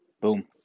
Boom